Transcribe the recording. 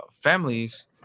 families